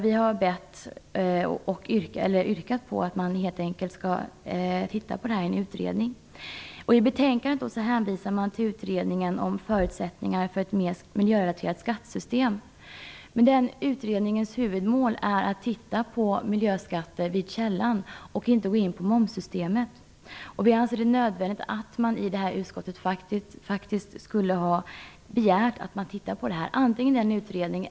Vi har yrkat på att man helt enkelt låter en utredning titta på detta. I betänkandet hänvisas till en utredning om förutsättningarna för ett miljörelaterat skattesystem. Den utredningens huvudmål är att se på miljöskatter vid källan och inte gå in på momssystemet. Vi anser det nödvändigt att man begär en utredning.